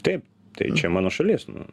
taip tai čia mano šalis nu